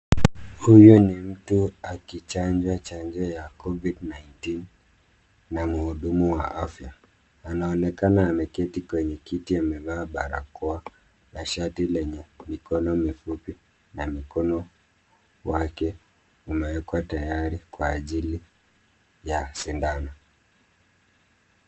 Huyu ni mtu akichanjwa chanjo ya COVID-19 na mhudumu wa afya. Anaonekana ameketi kwenye kiti amevaa barakoa na shati lenye mikono mifupi na mkono wake umewekwa tayari kwa ajili ya sindano.